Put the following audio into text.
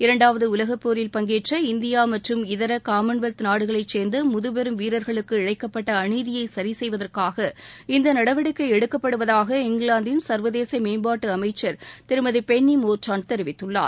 இரண்டாவது உலகப்போரில் பங்கேற்ற இந்தியா மற்றும் இதர காமன்வெல்த் நாடுகளை சேர்ந்த முதுபெரும் வீரர்களுக்கு இழைக்கப்பட்ட அநீதியை சிி செய்வதற்காக இந்த நடவடிக்கை எடுக்கப்படுவதாக இங்கிலாந்தின் சர்வதேச மேம்பாட்டு அமைச்சர் திருமதி பென்னி மோர்டான்ட் தெரிவித்துள்ளார்